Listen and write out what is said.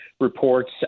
reports